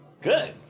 Good